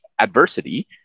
adversity